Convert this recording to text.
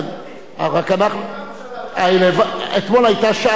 רק אנחנו, אתה ממשלה, אתה, אתמול היתה שעת שאלות.